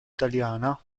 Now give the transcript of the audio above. italiana